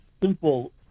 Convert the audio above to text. simple